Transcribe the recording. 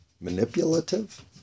manipulative